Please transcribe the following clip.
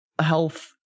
health